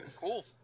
Cool